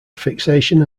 fixation